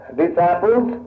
disciples